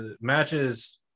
matches